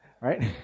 right